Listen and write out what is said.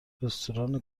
رستوران